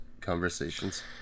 conversations